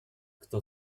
kto